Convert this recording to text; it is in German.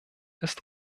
ist